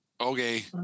okay